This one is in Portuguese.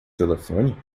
telefone